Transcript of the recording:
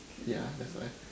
yeah that's why